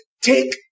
take